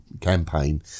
campaign